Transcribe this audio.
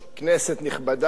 כנסת נכבדה,